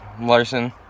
Larson